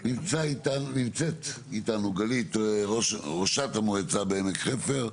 נמצאת איתנו גלית, ראשת המועצה בעמק חפר,